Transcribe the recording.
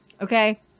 Okay